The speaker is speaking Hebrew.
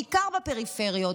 בעיקר בפריפריות,